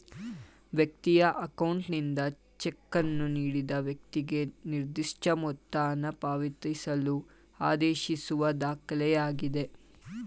ವ್ಯಕ್ತಿಯ ಅಕೌಂಟ್ನಿಂದ ಚೆಕ್ಕನ್ನು ನೀಡಿದ ವ್ಯಕ್ತಿಗೆ ನಿರ್ದಿಷ್ಟಮೊತ್ತ ಹಣಪಾವತಿಸಲು ಆದೇಶಿಸುವ ದಾಖಲೆಯಾಗಿದೆ